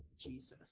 Jesus